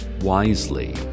wisely